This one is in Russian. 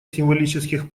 символических